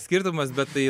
skirtumas bet tai